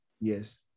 Yes